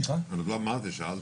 שאלתי.